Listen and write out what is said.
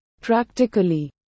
Practically